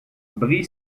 bry